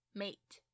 mate